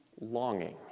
longing